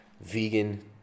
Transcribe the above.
vegan